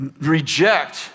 reject